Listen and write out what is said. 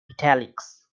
italics